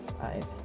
five